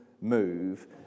move